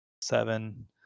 seven